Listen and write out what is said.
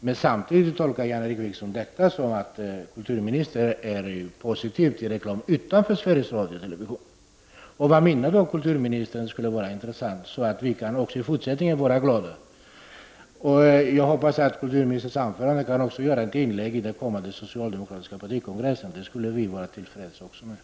Men samtidigt tolkar Jan-Erik Wikström detta som att kulturministern är positiv till reklam utanför Sveriges Radio. Vad menar då kulturministern? Det skulle vara intressant att veta, om vi kan vara glada även i fortsättningen. Jag hoppas vidare att kulturministerns anförande kan göras till ett inlägg vid den kommande socialdemokratiska partikongressen. Det skulle vi också vara till freds med.